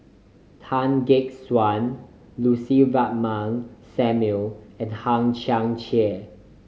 Tan Gek Suan Lucy Ratnammah Samuel and Hang Chang Chieh